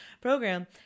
program